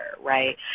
right